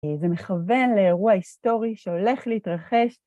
זה מכוון לאירוע היסטורי שהולך להתרחש.